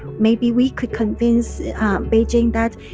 maybe we could convince beijing that,